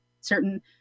certain